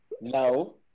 No